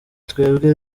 twebwe